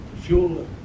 fuel